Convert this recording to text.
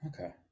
Okay